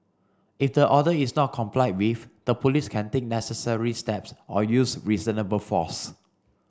if the order is not complied with the Police can take necessary steps or use reasonable force